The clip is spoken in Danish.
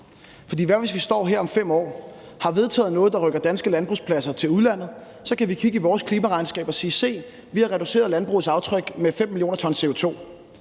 hvis vi står her om 5 år og har vedtaget noget, der rykker danske landbrugsarbejdspladser til udlandet? Så kan vi kigge i vores klimaregnskab og sige: Se, vi har reduceret landbrugets aftryk med 5 mio. t CO2.